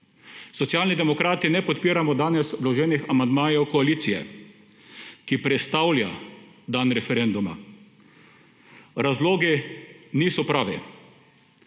Socialni demokrati ne podpiramo danes vloženih amandmajev koalicije, ki prestavlja dan referenduma. Razlogi niso pravi.